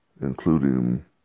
including